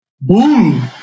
Boom